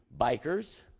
bikers